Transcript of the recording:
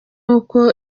uko